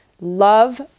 love